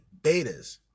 betas